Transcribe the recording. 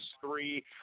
three